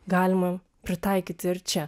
galima pritaikyti ir čia